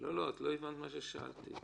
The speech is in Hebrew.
לא הבנת מה ששאלתי.